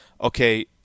okay